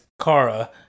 Kara